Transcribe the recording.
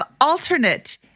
alternate